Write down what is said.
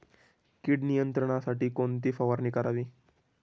कीड नियंत्रणासाठी कोणती फवारणी करावी?